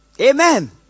Amen